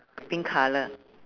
pink colour